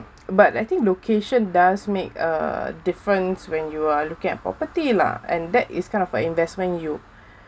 but I think location does make uh difference when you are look at property lah and that is kind of a investment you